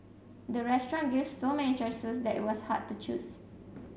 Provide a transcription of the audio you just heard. the restaurant gave so many choices that it was hard to choose